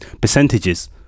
percentages